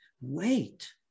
wait